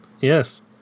Yes